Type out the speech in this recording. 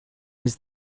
was